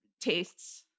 tastes